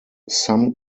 some